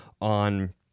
on